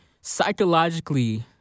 psychologically